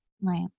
Right